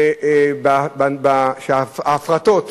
שההפרטות